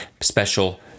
special